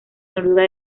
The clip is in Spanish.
noruega